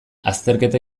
azterketa